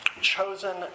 chosen